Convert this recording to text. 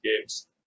games